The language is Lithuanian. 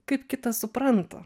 kaip kitas supranta